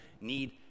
need